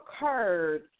occurred